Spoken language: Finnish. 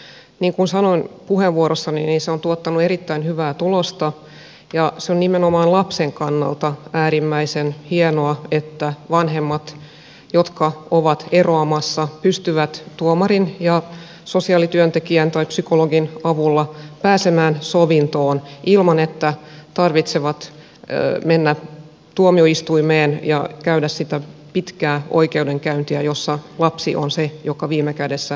niin kuin sanoin puheenvuorossani se on tuottanut erittäin hyvää tulosta ja se on nimenomaan lapsen kannalta äärimmäisen hienoa että vanhemmat jotka ovat eroamassa pystyvät tuomarin ja sosiaalityöntekijän tai psykologin avulla pääsemään sovintoon ilman että tarvitsee mennä tuomioistuimeen ja käydä sitä pitkää oikeudenkäyntiä jossa lapsi on se joka viime kädessä kärsii